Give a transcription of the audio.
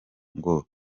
ngo